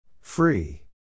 Free